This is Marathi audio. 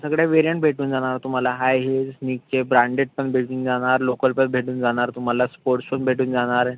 सगळे व्हेरियंट भेटून जाणार तुम्हाला हाय हिल्स निकचे ब्रँडेड पण भेटून जाणार लोकल पण भेटून जाणार तुम्हाला स्पोर्ट्स शूज भेटून जाणार